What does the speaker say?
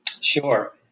Sure